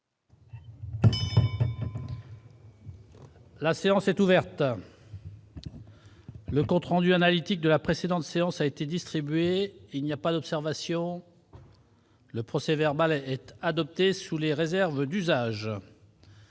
La séance est ouverte. Le compte rendu analytique de la précédente séance a été distribué. Il n'y a pas d'observation ?... Le procès-verbal est adopté sous les réserves d'usage.